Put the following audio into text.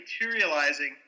materializing